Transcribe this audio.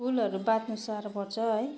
फुलहरू बाँच्नु साह्रो पर्छ है